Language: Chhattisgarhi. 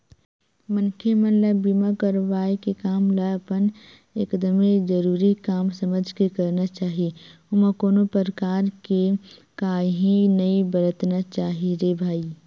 मनखे मन ल बीमा करवाय के काम ल अपन एकदमे जरुरी काम समझ के करना चाही ओमा कोनो परकार के काइही नइ बरतना चाही रे भई